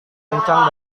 kencang